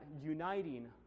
uniting